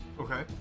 Okay